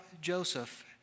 Joseph